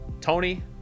Tony